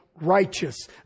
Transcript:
righteous